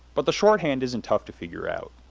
but the shorthand isn't tough to figure out.